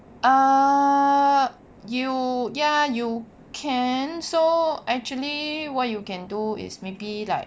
err you ya you can so actually what you can do is maybe like